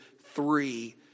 three